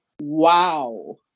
wow